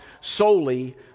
solely